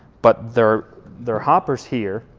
but they're they're hoppers here.